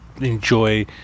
enjoy